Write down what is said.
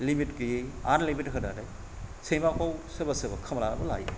limit गैयि आनलिमिट होनानै सैमाखौ सोरबा सोरबा खोमानानैबो लायो